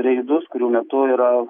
reidus kurių metu yra